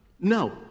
No